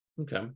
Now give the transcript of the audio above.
Okay